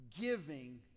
giving